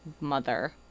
mother